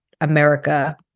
America